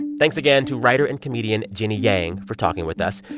thanks again to writer and comedian jenny yang for talking with us.